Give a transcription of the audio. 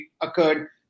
occurred